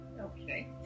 Okay